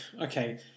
okay